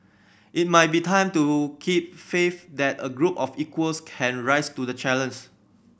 it might be time to keep faith that a group of equals can rise to the